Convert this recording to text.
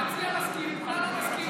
על זה נסכים, רע"ם מסכימים.